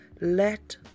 Let